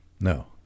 no